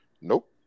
Nope